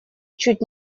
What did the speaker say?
чуть